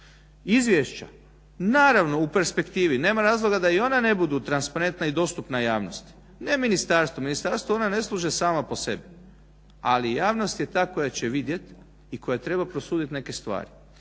Izvješća naravno u perspektivi, nema razloga da i ona ne budu transparentna i dostupna javnosti, ne ministarstvu, ministarstvu ona ne služe sama po sebi, ali javnost je ta koja će vidjet i koja treba prosudit neke stvari.